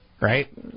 right